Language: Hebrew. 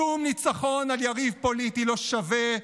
שום ניצחון על יריב פוליטי לא שווה,